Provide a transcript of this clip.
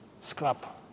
scrap